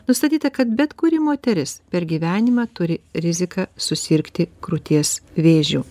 nustatyta kad bet kuri moteris per gyvenimą turi riziką susirgti krūties vėžiu